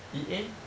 E_A